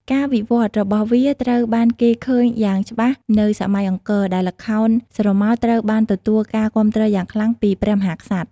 ការវិវត្តន៍របស់វាត្រូវបានគេឃើញយ៉ាងច្បាស់នៅសម័យអង្គរ ដែលល្ខោនស្រមោលត្រូវបានទទួលការគាំទ្រយ៉ាងខ្លាំងពីព្រះមហាក្សត្រ។